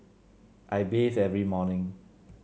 I bathe every morning